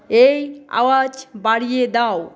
এই আওয়াজ বাড়িয়ে দাও